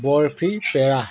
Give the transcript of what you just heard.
barfi পেৰা